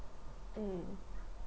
mm